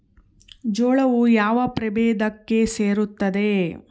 ಜೋಳವು ಯಾವ ಪ್ರಭೇದಕ್ಕೆ ಸೇರುತ್ತದೆ?